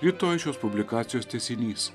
rytoj šios publikacijos tęsinys